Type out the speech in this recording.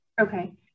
Okay